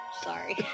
Sorry